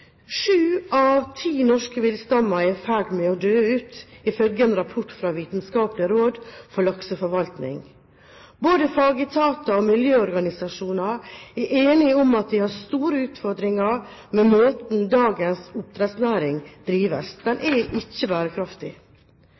Sju av ti norske villaksstammer er i ferd med å dø ut, ifølge en rapport fra Vitenskapelig råd for lakseforvaltning. Både fagetater og miljøorganisasjoner er enige om at vi har store utfordringer med måten dagens oppdrettsnæring drives. Den er ikke bærekraftig.